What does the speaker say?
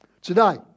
today